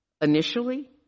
initially